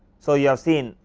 so you have seen,